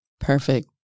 Perfect